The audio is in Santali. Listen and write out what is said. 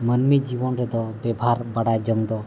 ᱢᱟᱱᱢᱤ ᱡᱤᱭᱚᱱ ᱨᱮᱫᱚ ᱵᱮᱵᱷᱟᱨ ᱵᱟᱲᱟᱭ ᱡᱚᱝ ᱫᱚ